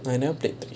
I never played that